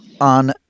on